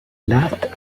last